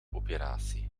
operatie